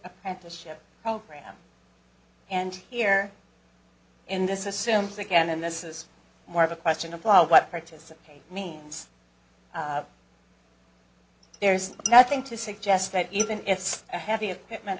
apprenticeship program and here in this assumes again and this is more of a question of what participate means there's nothing to suggest that even it's a heavy equipment